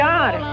God